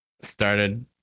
started